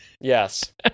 Yes